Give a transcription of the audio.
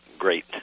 great